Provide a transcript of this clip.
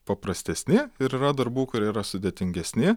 paprastesni ir yra darbų kurie yra sudėtingesni